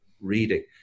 reading